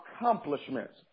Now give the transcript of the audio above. accomplishments